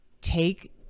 take